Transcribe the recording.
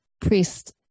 priest